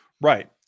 right